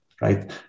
right